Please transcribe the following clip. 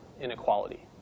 inequality